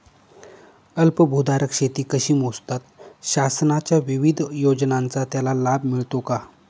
अल्पभूधारक शेती कशी मोजतात? शासनाच्या विविध योजनांचा त्याला लाभ मिळतो का?